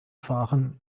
fahren